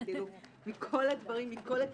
מכל הדברים, מכל הכיוונים,